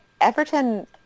Everton